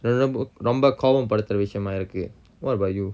nera~ ரொம்ப கொவம்படுத்துற விசயமா இருக்கு:romba kovampaduthura visayama irukku what about you